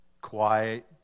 quiet